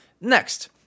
Next